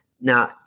Now